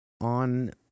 on